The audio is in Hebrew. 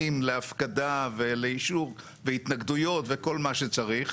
להפקדה ולאישור והתנגדויות וכל מה שצריך,